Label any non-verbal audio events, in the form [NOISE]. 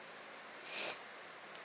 [NOISE]